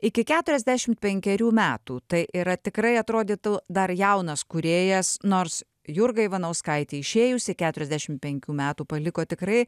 iki keturiasdešim penkerių metų tai yra tikrai atrodytų dar jaunas kūrėjas nors jurga ivanauskaitė išėjusi keturiasdešim penkių metų paliko tikrai